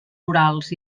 orals